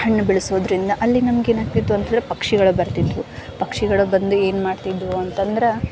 ಹಣ್ಣು ಬೆಳೆಸೋದರಿಂದ ಅಲ್ಲಿ ನಮಗೇನಾಗ್ತಿತ್ತು ಅಂತಂದ್ರೆ ಪಕ್ಷಿಗಳು ಬರ್ತಿದ್ವು ಪಕ್ಷಿಗಳು ಬಂದು ಏನು ಮಾಡ್ತಿದ್ವು ಅಂತಂದ್ರೆ